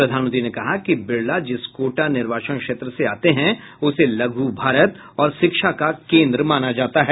प्रधानमंत्री ने कहा कि बिड़ला जिस कोटा निर्वाचन क्षेत्र से आते हैं उसे लघु भारत और शिक्षा का केंद्र माना जाता है